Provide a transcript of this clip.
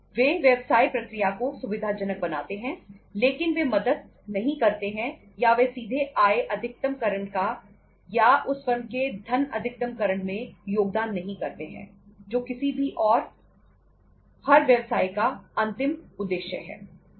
वे व्यवसाय प्रक्रिया को सुविधाजनक बनाते हैं लेकिन वे मदद नहीं करते हैं या वे सीधे आय अधिकतमकरण या उस फर्म के धन अधिकतमकरण में योगदान नहीं करते हैं जो किसी भी और हर व्यवसाय का अंतिम उद्देश्य है